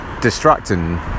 Distracting